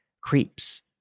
creeps